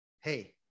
hey